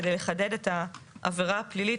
כדי לחדד את העבירה הפלילית,